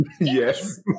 Yes